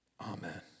Amen